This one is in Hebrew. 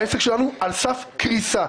העסק שלנו על סף קריסה.